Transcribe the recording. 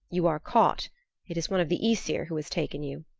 you are caught it is one of the aesir who has taken you,